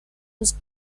was